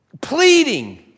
pleading